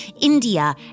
India